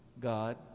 God